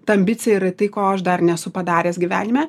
ta ambicija yra tai ko aš dar nesu padaręs gyvenime